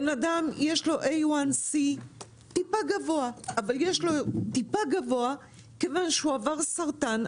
לאדם יש C1A טיפה גבוה מכיוון שהוא עבר סרטן,